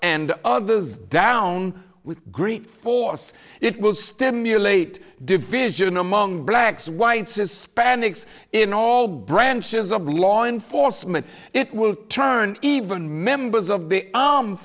and others down with grief force it will stimulate division among blacks whites hispanics in all branches of law enforcement it will turn even members of the armed